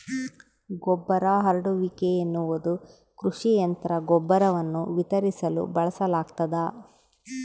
ಗೊಬ್ಬರ ಹರಡುವಿಕೆ ಎನ್ನುವುದು ಕೃಷಿ ಯಂತ್ರ ಗೊಬ್ಬರವನ್ನು ವಿತರಿಸಲು ಬಳಸಲಾಗ್ತದ